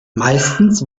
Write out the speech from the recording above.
meistens